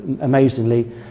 amazingly